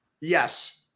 Yes